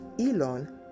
Elon